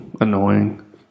annoying